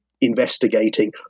investigating